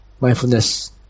mindfulness